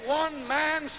one-man